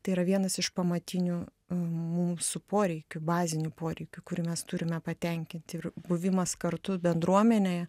tai yra vienas iš pamatinių mūsų poreikių bazinių poreikių kurį mes turime patenkinti ir buvimas kartu bendruomenėje